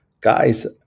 guys